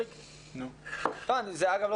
וזו אגב,